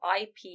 IP